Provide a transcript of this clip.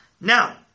Now